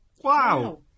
Wow